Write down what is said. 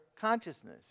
consciousness